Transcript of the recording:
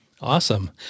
Awesome